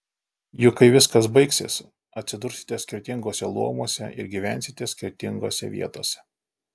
juk kai viskas baigsis atsidursite skirtinguose luomuose ir gyvensite skirtingose vietose